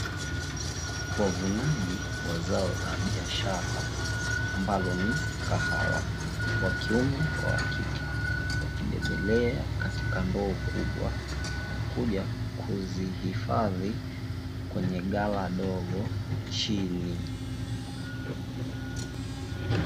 Wavunaji wa zao la biashara ambalo ni kahawa wa kiume na wa kike wakibebelea katika ndoo kubwa, na kuja kuzihifadhi kwenye gala dogo chini.